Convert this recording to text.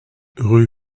rue